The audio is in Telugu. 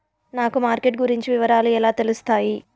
నాకు మార్కెట్ గురించి వివరాలు ఎలా తెలుస్తాయి?